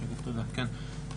הכנסת,